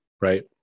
Right